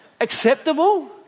Acceptable